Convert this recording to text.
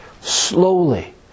slowly